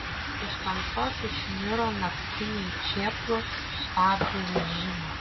iš tamsos išniro naktiniai čėplos sustabdė vežimą